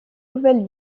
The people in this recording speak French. nouvelle